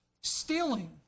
stealing